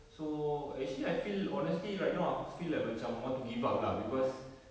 so actually I feel honestly right now aku feel like macam want to give up lah because